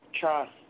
trust